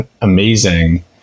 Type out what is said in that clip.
amazing